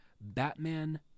Batman